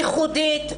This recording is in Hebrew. ייחודית,